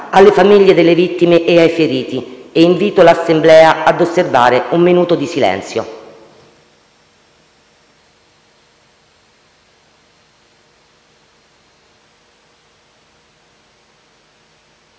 alle famiglie delle vittime e ai feriti e invito l'Assemblea ad osservare un minuto di silenzio.